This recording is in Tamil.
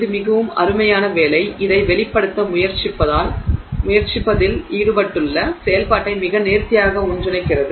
இது மிகவும் அருமையான வேலை இதை வெளிப்படுத்த முயற்சிப்பதில் ஈடுபட்டுள்ள செயல்பாட்டை மிக நேர்த்தியாக ஒன்றிணைக்கிறது